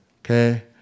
Okay